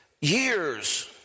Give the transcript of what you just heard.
years